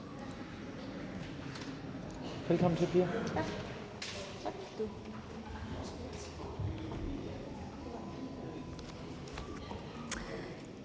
velkommen til.